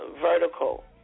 Vertical